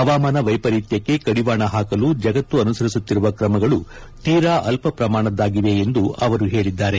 ಹವಾಮಾನ ವೈಪರಿತ್ಯಕ್ಕೆ ಕಡಿವಾಣ ಹಾಕಲು ಜಗತ್ತು ಅನುಸರಿಸುತ್ತಿರುವ ಕ್ರಮಗಳು ತೀರಾ ಅಲ್ಪ ಪ್ರಮಾಣದ್ದಾಗಿವೆ ಎಂದು ಅವರು ಹೇಳಿದ್ದಾರೆ